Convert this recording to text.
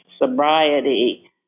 sobriety